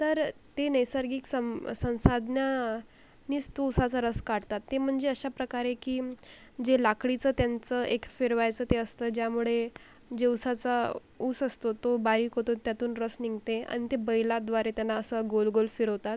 तर ते नैसर्गिक सं संसाधना निस्तू ऊसाचा रस काढतात ते म्हणजे अशा प्रकारे की जे लाकडीचं त्यांचं एक फिरवायचं ते असतं ज्यामुळे जे ऊसाचा ऊस असतो तो बारीक होतो त्यातून रस निघते आणि ते बैलाद्वारे त्यांना असं गोल गोल फिरवतात